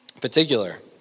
Particular